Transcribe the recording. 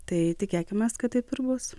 tai tikėkimės kad taip ir bus